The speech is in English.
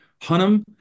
Hunnam